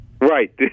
Right